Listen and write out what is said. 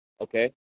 okay